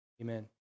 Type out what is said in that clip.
Amen